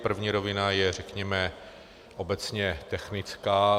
První rovina je řekněme obecně technická.